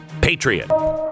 Patriot